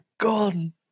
gone